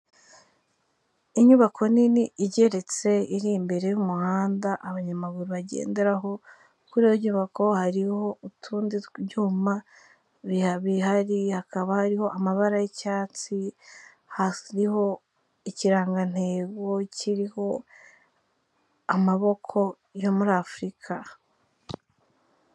Inyubako nini igeretse iri imbere y'umuhanda abanyamaguruye bagenderaho, kuri iyo nyubako hariho utundi byuma bihari, hakaba hariho amabara y'icyatsi, hariho ikirangantego kiriho amaboko yo muri afurika.